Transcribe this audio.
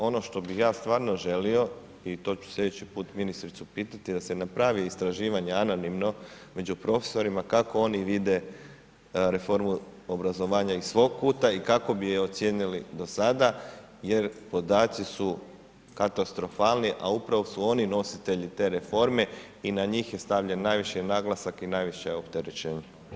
Ono što bi ja stvarno želio i to ću slijedeći put ministricu pitati, da se napravi istraživanje anonimno među profesorima kako oni vide reformu obrazovanja iz svog kuta i kako bi je ocijenili do sada jer podaci su katastrofalni, a upravo su oni nositelji te reforme i na njih je stavljen najviši naglasak i najviše opterećenje.